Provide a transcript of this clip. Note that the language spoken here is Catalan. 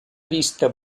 vista